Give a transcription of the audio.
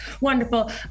wonderful